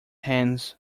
hands